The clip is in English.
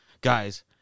guys